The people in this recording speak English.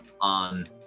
on